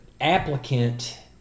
applicant